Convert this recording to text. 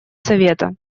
совета